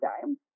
time